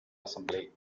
assembly